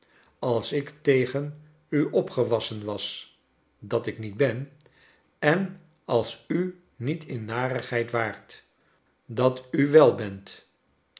als ik tegen u opgewassen was dat ik niet ben en als u niet in narigheid waart dat u wel bent